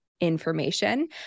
information